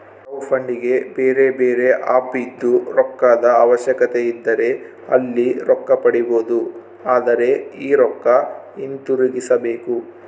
ಕ್ರೌಡ್ಫಂಡಿಗೆ ಬೇರೆಬೇರೆ ಆಪ್ ಇದ್ದು, ರೊಕ್ಕದ ಅವಶ್ಯಕತೆಯಿದ್ದರೆ ಅಲ್ಲಿ ರೊಕ್ಕ ಪಡಿಬೊದು, ಆದರೆ ಈ ರೊಕ್ಕ ಹಿಂತಿರುಗಿಸಬೇಕು